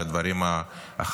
על הדברים החד-משמעיים,